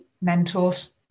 mentors